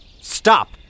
Stop